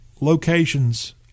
locations